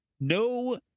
No